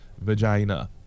Vagina